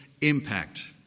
impact